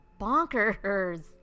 bonkers